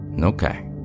Okay